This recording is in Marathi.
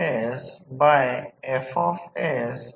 तर ते V1 V2V1 V1 I1असेल किंवा VA